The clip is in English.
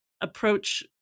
approach